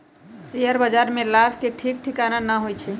share बाजार में लाभ के ठीक ठिकाना न होइ छइ